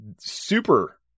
super